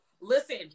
Listen